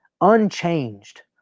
unchanged